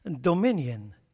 dominion